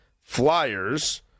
Flyers